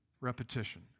repetition